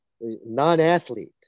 Non-athlete